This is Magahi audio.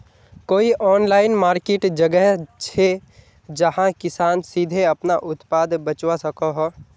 कोई ऑनलाइन मार्किट जगह छे जहाँ किसान सीधे अपना उत्पाद बचवा सको हो?